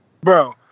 Bro